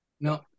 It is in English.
No